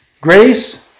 Grace